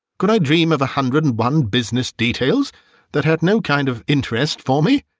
could i dream of a hundred and one business details that had no kind of interest for me?